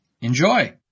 Enjoy